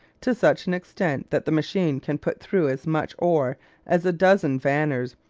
to such an extent that the machine can put through as much ore as a dozen vanners,